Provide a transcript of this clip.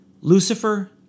Lucifer